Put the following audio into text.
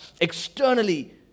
Externally